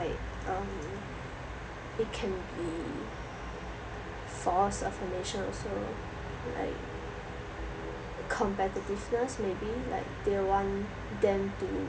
like um it can be false affirmation also like competitiveness maybe like they want them to